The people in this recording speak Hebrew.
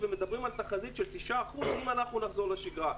ומדברים על תחזית של 95 אם אנחנו נחזור לשגרה.